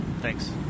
Thanks